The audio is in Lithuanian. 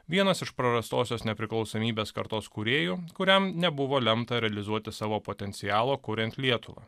vienas iš prarastosios nepriklausomybės kartos kūrėjų kuriam nebuvo lemta realizuoti savo potencialo kuriant lietuvą